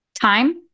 time